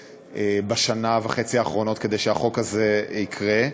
בשנה וחצי האחרונות כדי שהחוק הזה יקרה.